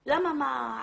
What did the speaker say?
למה שיבואו וימסרו את זה?